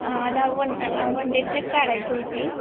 आम्हाला one one day trip काढायची होती